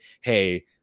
Hey